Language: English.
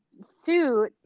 suit